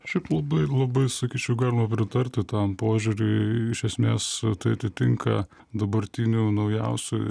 šiaip labai labai sakyčiau galima pritarti tam požiūriui iš esmės tai atitinka dabartinių naujausių